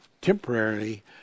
temporarily